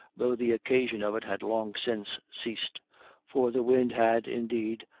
though the occasion of it had long since ceased for the wind had, indeed,